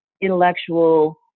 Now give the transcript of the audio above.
intellectual